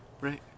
right